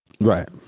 Right